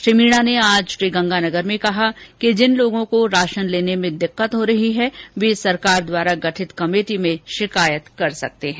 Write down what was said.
श्री मीणा ने आज श्रीगंगानगर में कहा कि जिन लोगों को राशन लेने में दिक्कत होती है वे सरकार द्वारा गठित कमेटी में शिकायत कर सकते हैं